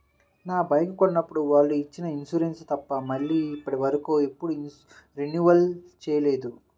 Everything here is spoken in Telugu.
నా బైకు కొన్నప్పుడు వాళ్ళు ఇచ్చిన ఇన్సూరెన్సు తప్ప మళ్ళీ ఇప్పటివరకు ఎప్పుడూ రెన్యువల్ చేయలేదు